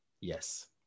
Yes